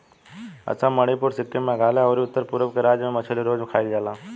असम, मणिपुर, सिक्किम, मेघालय अउरी उत्तर पूरब के राज्य में मछली रोज खाईल जाला